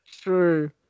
True